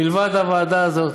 מלבד הוועדה הזאת.